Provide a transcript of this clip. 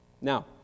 Now